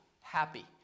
happy